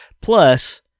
Plus